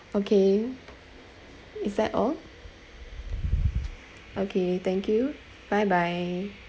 okay is that all okay thank you bye bye